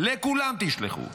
לכולם תשלחו.